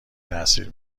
تاثیر